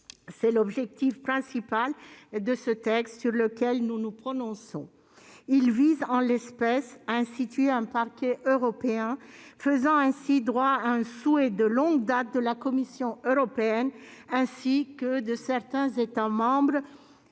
C'est l'objet principal du texte sur lequel nous nous prononçons. Celui-ci vise, en l'espèce, à instituer un parquet européen, faisant ainsi droit à un souhait émis de longue date par la Commission européenne, ainsi que par certains États membres